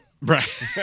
Right